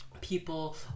people